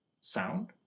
sound